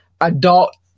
adult